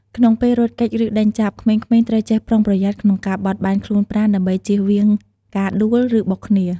ក្នុងពេលរត់គេច ឬដេញចាប់ ក្មេងៗត្រូវចេះប្រុងប្រយ័ត្នក្នុងការបត់បែនខ្លួនប្រាណ ដើម្បីចៀសវាងការដួល ឬបុកគ្នា។